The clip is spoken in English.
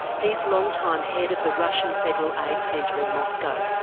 he's long-time head of the russian federal aids centre in moscow.